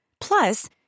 Plus